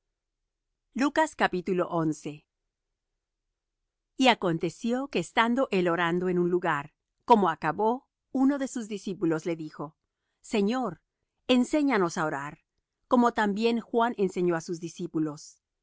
quitada y acontecio que estando él orando en un lugar como acabó uno de sus discípulos le dijo señor enséñanos á orar como también juan enseñó á sus discípulos